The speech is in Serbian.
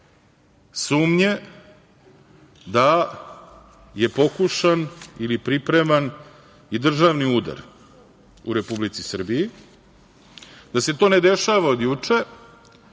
sumnje da je pokušan ili pripreman i državni udar u Republici Srbiji, da se to ne dešava od juče